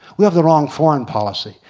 we have the wrong foreign policy.